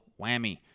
whammy